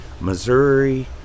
Missouri